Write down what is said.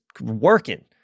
working